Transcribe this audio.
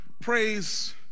praise